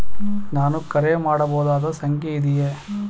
ನಾನು ಕರೆ ಮಾಡಬಹುದಾದ ಸಂಖ್ಯೆ ಇದೆಯೇ?